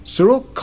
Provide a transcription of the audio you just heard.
Cyril